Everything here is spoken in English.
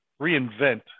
reinvent